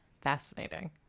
Fascinating